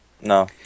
No